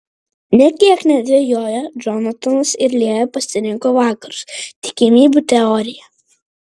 nė kiek nedvejoję džonatanas ir lėja pasirinko vakarus tikimybių teoriją